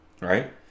right